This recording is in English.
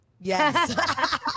Yes